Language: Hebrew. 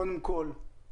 קודם כול,